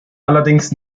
allerdings